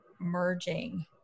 Merging